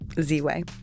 Z-Way